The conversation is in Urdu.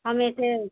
ہم ایسے